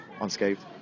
unscathed